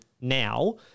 now